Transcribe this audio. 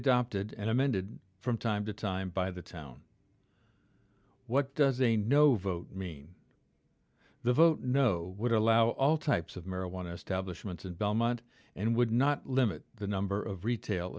adopted and amended from time to time by the town what does a no vote mean the vote no would allow all types of marijuana establishments in belmont and would not limit the number of retail